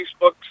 Facebooks